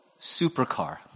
supercar